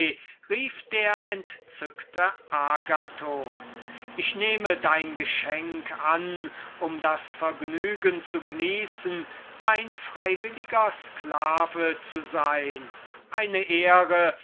rief der entzückte agathon ich nehme dein geschenk an um das vergnügen zu genießen dein freiwilliger sklave zu sein eine ehre